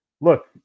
look